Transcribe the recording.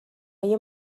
های